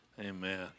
Amen